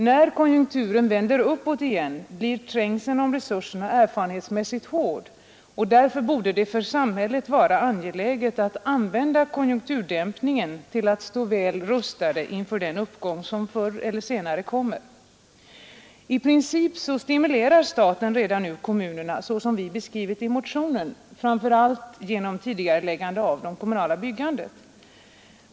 När konjunkturen vänder uppåt igen blir samhället vara angeläget att använda konjunkturdämpningen till att stå väl rustat inför den uppgång som förr eller senare kommer. I princip stimulerar staten redan nu kommunerna så som vi beskrivit i motionen, framför allt genom tidigareläggande av det kommunala byggandet.